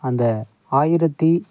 அந்த ஆயிரத்தி